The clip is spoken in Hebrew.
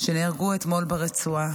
שנהרגו אתמול ברצועה.